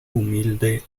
humilde